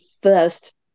first